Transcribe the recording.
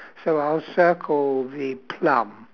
so I'll circle the plum